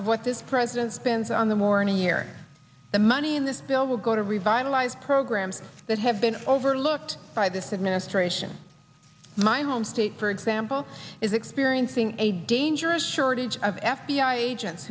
what this president spends on the morning here the money in this bill will go to revitalize programs that have been overlooked by this administration my home state for example is experiencing a dangerous shortage of f b i agents